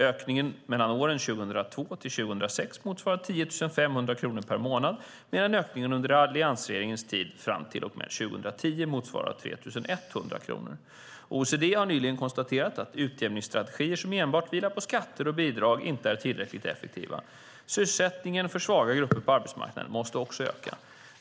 Ökningen mellan åren 2002 och 2006 motsvarar 10 500 kronor per månad medan ökningen under alliansregeringens tid fram till och med 2010 motsvarar 3 100 kronor. OECD har nyligen konstaterat att utjämningsstrategier som enbart vilar på skatter och bidrag inte är tillräckligt effektiva. Sysselsättningen för svaga grupper på arbetsmarknaden måste också öka.